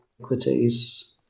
equities